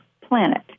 planet